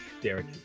Derek